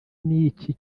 n’iki